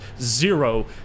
zero